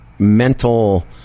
Mental